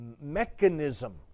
mechanism